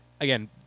again